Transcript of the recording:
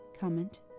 comment